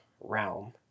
realm